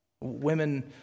Women